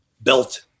belt